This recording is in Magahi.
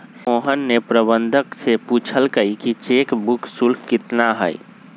मोहन ने प्रबंधक से पूछल कई कि चेक बुक शुल्क कितना हई?